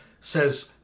says